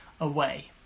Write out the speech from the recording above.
away